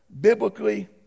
biblically